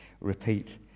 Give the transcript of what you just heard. repeat